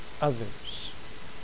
others